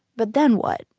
but then what?